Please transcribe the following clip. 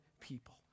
people